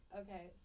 okay